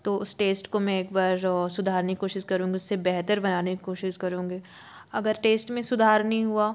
तो उस टेस्ट को मैं एक बार सुधारने की कोशिश करूँगी उससे बेहतर बनाने की कोशिस करूँगी अगर टेस्ट में सुधार नहीं हुआ